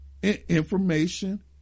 information